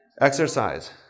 Exercise